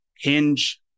Hinge